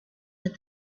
but